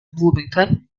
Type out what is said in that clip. bloomington